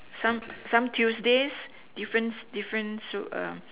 some some Tuesdays different different super err